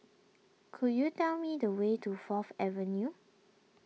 could you tell me the way to Fourth Avenue